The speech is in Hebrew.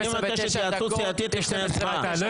אני מבקש התייעצות סיעתית לפני הצבעה.